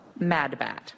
MADBAT